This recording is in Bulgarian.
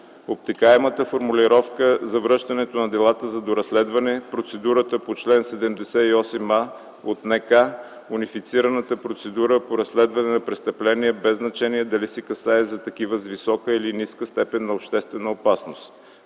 обтекаемата формулировка за връщането на делата за доразследване, процедурата по чл. 78а от Наказателния кодекс, унифицираната процедура по разследване на престъпления без значение дали се касае за такива с висока или ниска степен на обществена опасност.